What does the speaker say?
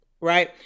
Right